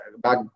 back